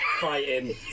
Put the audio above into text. fighting